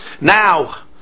Now